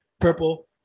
purple